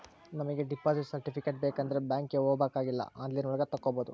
ನಮಿಗೆ deposit certificate ಬೇಕಂಡ್ರೆ ಬ್ಯಾಂಕ್ಗೆ ಹೋಬಾಕಾಗಿಲ್ಲ ಆನ್ಲೈನ್ ಒಳಗ ತಕ್ಕೊಬೋದು